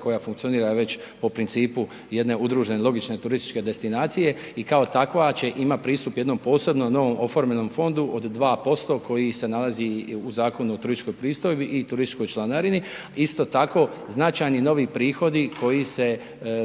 koja funkcionira već po principu jedne udružene logične turističke destinacije i kao takva će, ima pristup jednom posebno novom oformljenom fondu od 2% koji se nalazi u Zakonu o turističkoj pristojbi i turističkoj članarini. Isto tako značajni novi prihodi koji se